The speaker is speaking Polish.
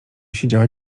siedziała